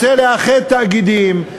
רוצה לאחד תאגידים,